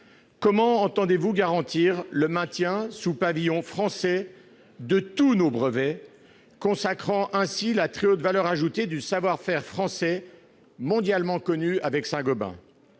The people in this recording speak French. comment entend-il garantir le maintien sous pavillon français de tous nos brevets, consacrant ainsi la très haute valeur ajoutée du savoir-faire français, mondialement connu, avec Saint-Gobain ?